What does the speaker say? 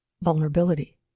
vulnerability